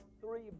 three